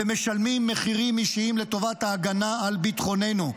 ומשלמים מחירים אישיים לטובת ההגנה על ביטחוננו,